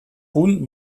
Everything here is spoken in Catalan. punt